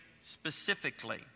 specifically